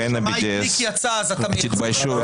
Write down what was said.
תתביישו לכם.